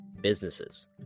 businesses